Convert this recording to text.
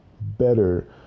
better